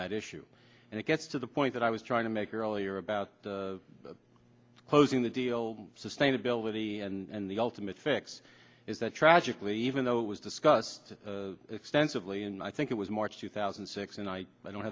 that issue and it gets to the point that i was trying to make earlier about closing the deal sustainability and the ultimate fix is that tragically even though it was discussed extensively and i think it was march two thousand and six and i don't